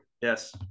yes